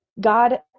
God